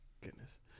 goodness